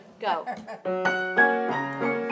Go